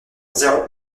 zéro